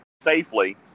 safely